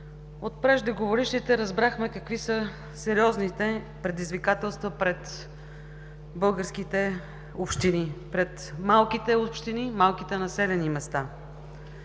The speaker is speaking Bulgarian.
От преждеговорившите разбрахме какви са сериозните предизвикателства пред българските общини – пред малките общини, малките населени места,